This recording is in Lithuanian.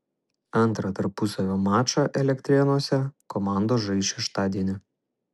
antrą tarpusavio mačą elektrėnuose komandos žais šeštadienį